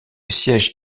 siège